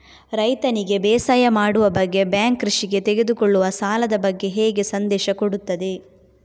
ರೈತನಿಗೆ ಬೇಸಾಯ ಮಾಡುವ ಬಗ್ಗೆ ಬ್ಯಾಂಕ್ ಕೃಷಿಗೆ ತೆಗೆದುಕೊಳ್ಳುವ ಸಾಲದ ಬಗ್ಗೆ ಹೇಗೆ ಸಂದೇಶ ಕೊಡುತ್ತದೆ?